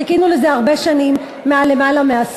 חיכינו לזה הרבה שנים, יותר מעשור.